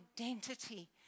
identity